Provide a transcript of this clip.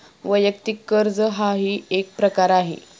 वैयक्तिक कर्ज हाही एक प्रकार आहे